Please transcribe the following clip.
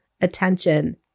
attention